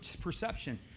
perception